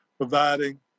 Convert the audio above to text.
providing